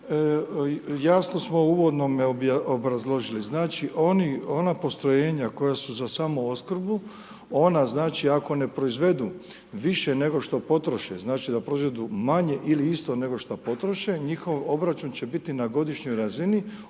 jasno smo u uvodnome obrazložili, znači oni, ona postrojenja koja su za samoopskrbu ona znači ako ne proizvedu više nego što potroše, znači da proizvedu manje ili isto nego što potroše njihov obračun će biti na godišnjoj razini